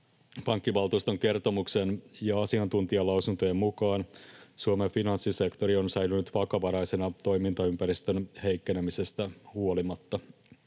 Pankkivaltuuston kertomuksen ja asiantuntijalausuntojen mukaan Suomen finanssisektori on säilynyt vakavaraisena toimintaympäristön heikkenemisestä huolimatta.